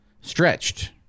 stretched